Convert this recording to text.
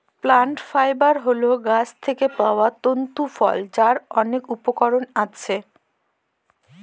plant fibre হল গাছ থেকে পাওয়া তন্তু ফল যার অনেক উপকরণ আছে